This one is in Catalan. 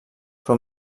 però